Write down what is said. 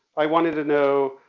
i wanted to know,